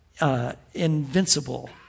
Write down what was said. Invincible